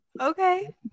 Okay